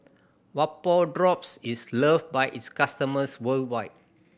vapodrops is loved by its customers worldwide